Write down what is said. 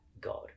god